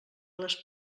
les